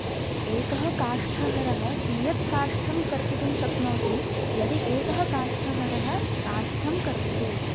एकः काष्ठहरः कियत्काष्ठं कर्तितुं शक्नोति यदि एकः काष्ठहरः काष्ठं कर्तेत्